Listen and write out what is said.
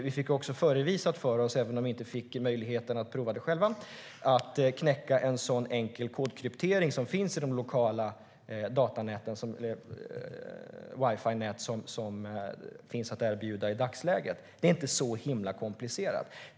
Vi fick också förevisat för oss, även om vi inte fick möjlighet att pröva det själva, hur man knäcker en sådan enkel kodkryptering som finns i de lokala wifi-nät som erbjuds i dagsläget. Det är inte så himla komplicerat.